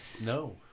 No